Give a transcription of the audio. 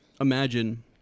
imagine